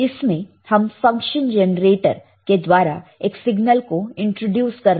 इसमें हम function generator के द्वारा एक सिग्नल को इंट्रोड्यूस कर रहे हैं